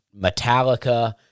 Metallica